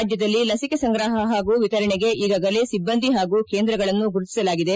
ರಾಜ್ಯದಲ್ಲಿ ಲಸಿಕೆ ಸಂಗ್ರಹ ಪಾಗೂ ವಿತರಣೆಗೆ ಈಗಾಗಲೇ ಸಿಬ್ಬಂದಿ ಹಾಗೂ ಕೇಂದ್ರಗಳನ್ನು ಗುರುತಿಸಲಾಗಿದೆ